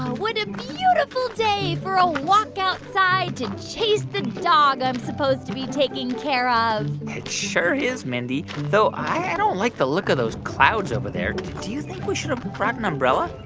what a beautiful day for a walk outside to chase the dog i'm supposed to be taking care of it sure is, mindy, though i don't like the look of those clouds over there. do you think we should've brought an umbrella?